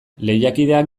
lehiakideak